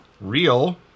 real